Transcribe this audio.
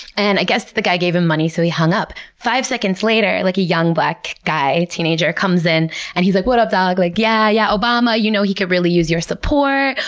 and i guess the guy gave him money, so he hung up. five seconds later, like a young black guy teenager comes in and he's like, what up dawg? like, yeah, yeah, obama, you know, he could really use your support.